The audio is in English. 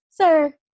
Sir